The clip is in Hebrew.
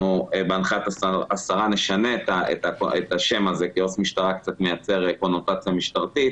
בהנחיית השרה נשנה את השם הזה כי עו"ס משטרה מייצר קונוטציה משטרתית